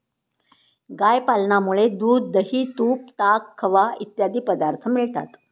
गाय पालनामुळे दूध, दही, तूप, ताक, खवा इत्यादी पदार्थ मिळतात